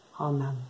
Amen